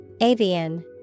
Avian